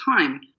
time